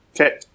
Okay